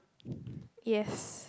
yes